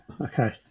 Okay